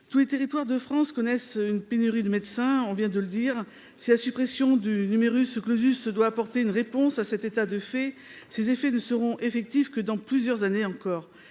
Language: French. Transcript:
Tous les territoires de France connaissent une pénurie de médecins. Si la suppression du doit apporter une réponse à cet état de fait, ses effets ne seront effectifs que dans plusieurs années seulement.